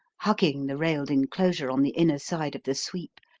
hugging the railed enclosure on the inner side of the sweep,